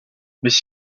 mais